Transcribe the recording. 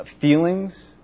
feelings